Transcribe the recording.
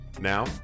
Now